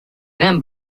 vins